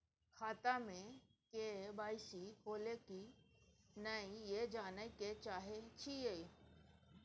खाता में के.वाई.सी होलै की नय से जानय के चाहेछि यो?